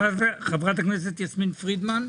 חברת הכנסת יסמין פרידמן.